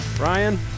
Ryan